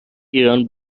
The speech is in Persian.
ایران